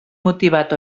motivat